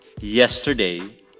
yesterday